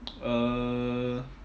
uh